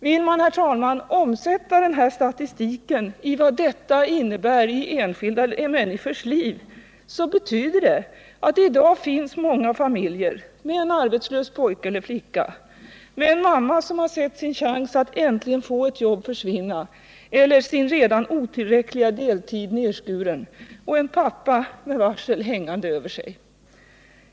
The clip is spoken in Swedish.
Vill man försöka tolka vad denna statistik innebär i enskilda människors liv, förstår man att den betyder att det i dag finns många familjer med en arbetslös pojke eller flicka, en mamma som sett sin chans att äntligen få ett jobb försvinna eller fått sin redan otillräckliga deltid nedskuren och en pappa med varsel hängande över sig.